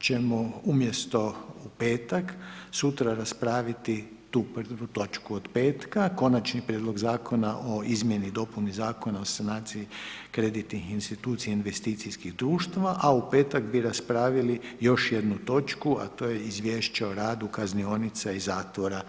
ćemo umjesto u petak sutra raspraviti tu 1. točku od petka, Konačni prijedlog Zakona o izmjeni i dopuni Zakona o sanaciji kreditnih institucija i investicijskih društva a u petak bi raspravili još jednu točku a to je Izvješće o radu kaznionica i zatvora.